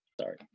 sorry